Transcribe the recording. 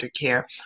care